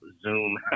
Zoom